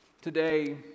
today